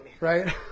Right